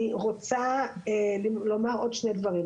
אני רוצה לומר עוד שני דברים.